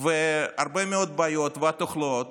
והרבה מאוד בעיות ותחלואים